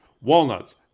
walnuts